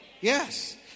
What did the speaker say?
Yes